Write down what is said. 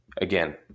again